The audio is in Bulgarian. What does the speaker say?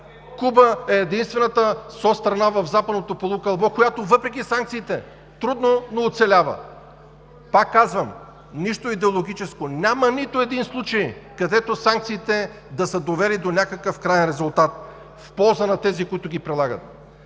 Куба е единствената соцстрана в Западното полукълбо, която въпреки санкциите трудно, но оцелява. (Шум и реплики.) Нищо идеологическо! Пак казвам, няма нито един случай, в който санкциите да са довели до някакъв краен резултат в полза на тези, които ги прилагат.